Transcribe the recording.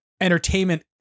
entertainment